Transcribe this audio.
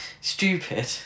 Stupid